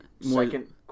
second